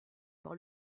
par